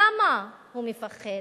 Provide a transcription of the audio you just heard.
למה הוא מפחד?